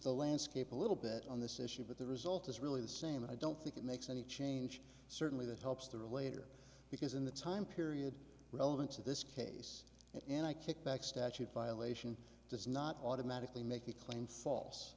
the landscape a little bit on this issue but the result is really the same i don't think it makes any change certainly that helps the relator because in the time period relevance of this case it and i kicked back statute violation does not automatically make the claim false